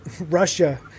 Russia